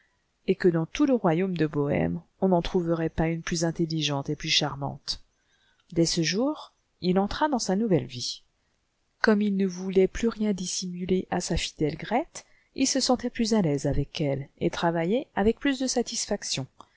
et que dans tout le royaume de bohème on n'en trouverait pas une plus intelligente et plus charmante dès ce jour il entra dans une nouvelle vie comme il ne voulait plus rien dissimuler à sa fidèle grethe il se sentait plus à taise avec elle et travaillait avec plus de satisfaction